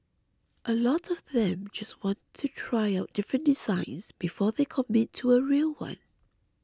a lot of them just want to try out different designs before they commit to a real one